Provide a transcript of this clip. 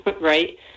right